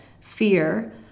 fear